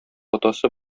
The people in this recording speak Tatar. атасы